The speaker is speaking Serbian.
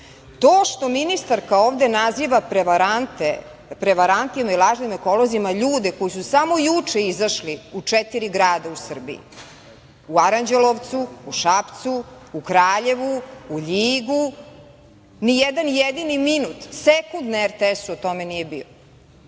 To što ministarka ovde naziva prevarantima i lažnim ekolozima ljude koji su samo juče izašli u četiri grada u Srbiji, u Aranđelovcu, u Šapcu, u Kraljevu, u Ljigu, nijedan jedini minut, sekund na RTS-u o tome nije bio,